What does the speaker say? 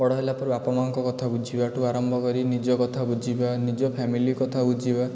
ବଡ଼ ହେଲା ପରେ ବାପା ମା'ଙ୍କ କଥା ବୁଝିବାଠୁ ଆରମ୍ଭ କରି ନିଜ କଥା ବୁଝିବା ନିଜ ଫ୍ୟାମିଲି କଥା ବୁଝିବା